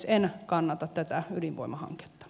en kannata tätä ydinvoimahanketta